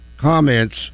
comments